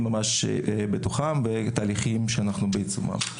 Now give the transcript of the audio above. ממש בתוכן ואת התהליכים שאנחנו בעיצומם.